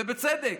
ובצדק.